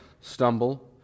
stumble